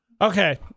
Okay